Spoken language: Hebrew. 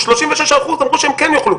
36% אמרו שהם כן יאכלו.